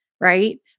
right